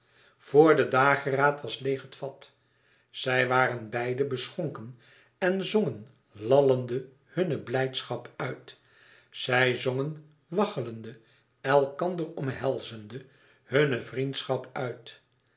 vor de dageraad was leêg het vat zij waren beide beschonken en zongen lallende hunne blijdschap uit zij zongen waggelende elkander omhelzende hunne vriendschap uit